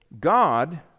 God